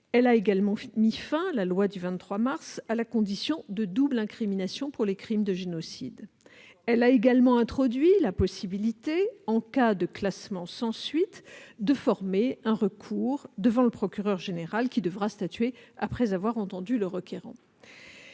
Elle a également mis fin à la condition de double incrimination pour les crimes de génocide. Elle a aussi introduit la possibilité, en cas de classement sans suite, de former un recours devant le procureur général, lequel devra statuer après avoir entendu le requérant.